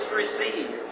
receive